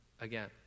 again